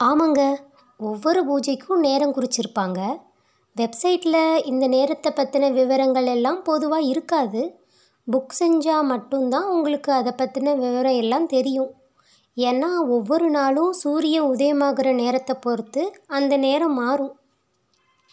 ஆமாங்க ஒவ்வொரு பூஜைக்கும் நேரம் குறிச்சுருப்பாங்க வெப்சைட்டில் இந்த நேரத்தை பற்றின விவரங்கள் எல்லாம் பொதுவாக இருக்காது புக் செஞ்சால் மட்டும் தான் உங்களுக்கு அதைப்பத்தின விவரம் எல்லாம் தெரியும் ஏன்னால் ஒவ்வொரு நாளும் சூரிய உதயமாகுற நேரத்தை பொறுத்து அந்த நேரம் மாறும்